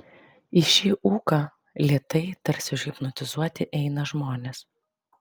į šį ūką lėtai tarsi užhipnotizuoti eina žmonės